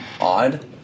odd